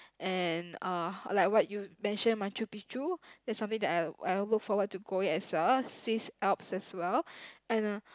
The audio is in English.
and uh like what you mentioned Machu-Picchu that's something that I'd I'd look forward to go as well Swiss-Alps as well and uh